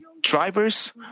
Drivers